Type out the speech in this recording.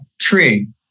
tree